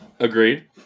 Agreed